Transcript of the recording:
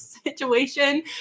situation